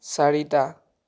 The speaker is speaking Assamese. চাৰিটা